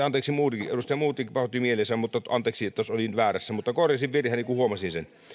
anteeksi edustaja modig pahoitti mielensä anteeksi jos olin väärässä mutta korjasin virheeni kun huomasin sen